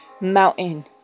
mountain